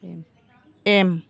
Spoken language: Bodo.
एम